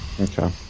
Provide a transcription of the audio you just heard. okay